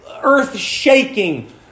earth-shaking